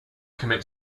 commit